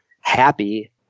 happy